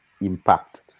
impact